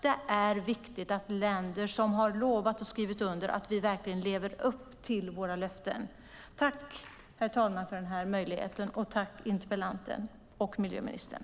Det är viktigt att vi länder som har lovat och skrivit under verkligen lever upp till våra löften.